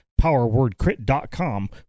powerwordcrit.com